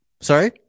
sorry